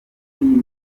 n’indi